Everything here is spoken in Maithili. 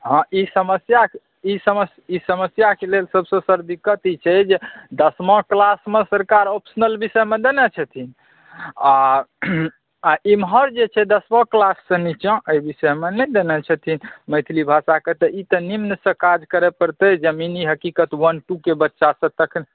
हँ ई समस्याक ई समस्याके लेल सभसे सर दिक्क्त ई छै जे दशमा क्लासमे सरकार ऑप्शनल विषयमे देने छथिन आ एम्हर जे छै दशमा क्लाससँ नीचाँ एहि विषयमे नहि देने छथिन मैथिली भाषाकेँ तऽ ई तऽ निम्नसँ काज करै पड़तै जमीनी हकीकत वन टू के बच्चासँ